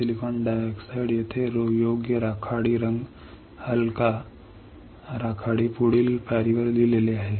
silicon dioxide येथे उजवा राखाडी रंग हलका राखाडी पुढील पायरीवर लिहिलेला आहे